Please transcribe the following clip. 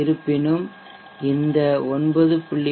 இருப்பினும் இந்த 9